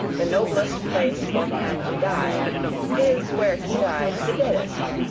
the noblest place for man to die is where he died the deadest.